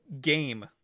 game